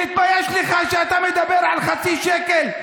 תתבייש לך שאתה מדבר על חצי שקל.